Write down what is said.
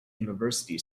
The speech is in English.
university